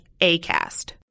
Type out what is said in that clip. ACAST